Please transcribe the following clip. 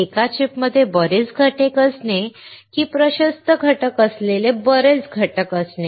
एकाच चिपमध्ये बरेच घटक असणे किंवा प्रशस्त घटक असलेले बरेच घटक असणे